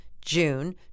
June